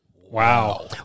Wow